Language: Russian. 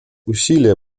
усилия